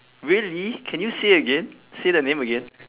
really can you say again say the name again